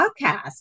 podcast